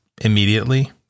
immediately